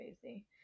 crazy